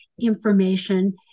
information